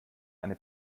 eine